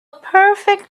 perfect